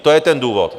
To je ten důvod.